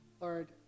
Lord